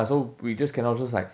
so we just cannot just like